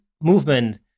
movement